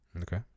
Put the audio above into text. Okay